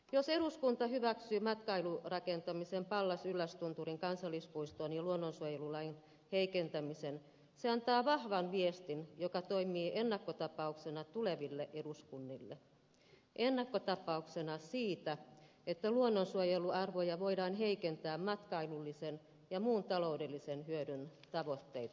jos eduskunta hyväksyy matkailurakentamisen pallas yllästunturin kansallispuistoon ja luonnonsuojelulain heikentämisen se antaa vahvan viestin joka toimii ennakkotapauksena tuleville eduskunnille ennakkotapauksena siitä että luonnonsuojeluarvoja voidaan heikentää matkailullisen ja muun taloudellisen hyödyn tavoitteita varten